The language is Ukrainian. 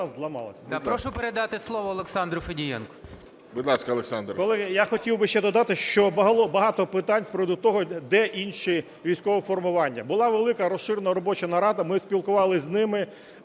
Прошу передати слово Олександру Федієнку.